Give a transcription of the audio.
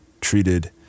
treated